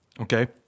Okay